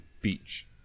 beach